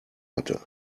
hatte